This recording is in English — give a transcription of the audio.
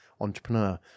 entrepreneur